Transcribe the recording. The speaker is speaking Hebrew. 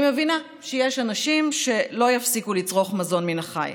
אני מבינה שיש אנשים שלא יפסיקו לצרוך מזון מן החי,